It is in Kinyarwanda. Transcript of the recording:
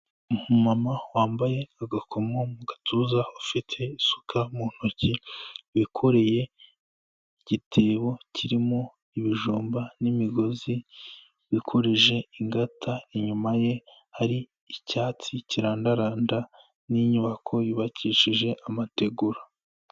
Umumama wambaye agakomo mu gatuza ufite isuka mu ntoki wikoreye igitebo kirimo ibijumba n'imigozi wikoreje ingata inyuma ye hari icyatsi kirandaranda n'inyubako yubakishije amategura.